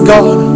God